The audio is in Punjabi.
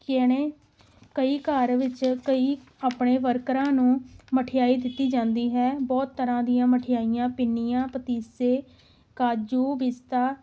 ਕਈ ਘਰ ਵਿੱਚ ਕਈ ਆਪਣੇ ਵਰਕਰਾਂ ਨੂੰ ਮਠਿਆਈ ਦਿੱਤੀ ਜਾਂਦੀ ਹੈ ਬਹੁਤ ਤਰ੍ਹਾਂ ਦੀਆਂ ਮਠਿਆਈਆਂ ਪਿੰਨੀਆਂ ਪਤੀਸੇ ਕਾਜੂ ਪਿਸਤਾ